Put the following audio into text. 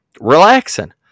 relaxing